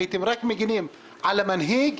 הייתם רק מגינים על המנהיג.